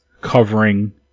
covering